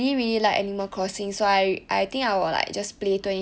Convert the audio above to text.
oh then I think you can just stay at home I guess